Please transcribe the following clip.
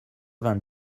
vingt